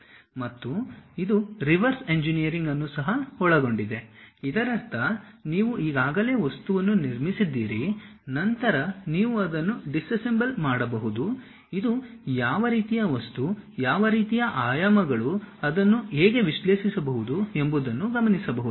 ಮತ್ತು ಇದು reverse engineering ಅನ್ನು ಸಹ ಒಳಗೊಂಡಿದೆ ಇದರರ್ಥ ನೀವು ಈಗಾಗಲೇ ವಸ್ತುವನ್ನು ನಿರ್ಮಿಸಿದ್ದೀರಿ ನಂತರ ನೀವು ಅದನ್ನು ಡಿಸ್ಅಸೆಂಬಲ್ ಮಾಡಬಹುದು ಇದು ಯಾವ ರೀತಿಯ ವಸ್ತು ಯಾವ ರೀತಿಯ ಆಯಾಮಗಳು ಅದನ್ನು ಹೇಗೆ ವಿಶ್ಲೇಷಿಸಬಹುದು ಎಂಬುದನ್ನು ಗಮನಿಸಬಹುದು